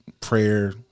prayer